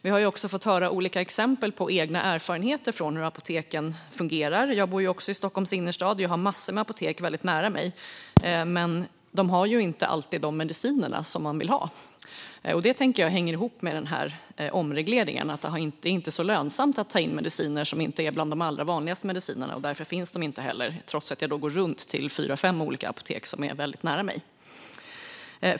Vi har fått höra olika exempel på egna erfarenheter av hur apoteken fungerar. Jag bor också i Stockholms innerstad. Jag har massor av apotek väldigt nära mig, men de har inte alltid de mediciner som jag vill ha. Det tänker jag hänger ihop med omregleringen. Det är inte så lönsamt att ta in mediciner som inte är de allra vanligaste. Därför finns de inte i de fyra fem olika apotek som är väldigt nära mig.